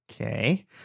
Okay